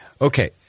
Okay